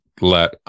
let